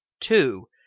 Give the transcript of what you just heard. Two